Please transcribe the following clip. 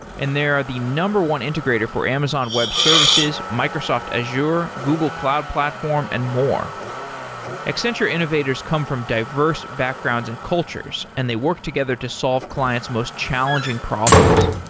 and they are the number one integrator for amazon web services, microsoft azure, google cloud platform and more accenture innovators come from diverse backgrounds and cultures, and they work together to solve clients' most challenging problems.